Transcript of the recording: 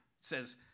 says